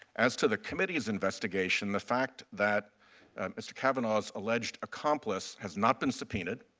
as to the committee's investigation, the fact that mr. kavanaugh's alleged accomplice has not been subpoenaed,